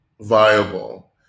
viable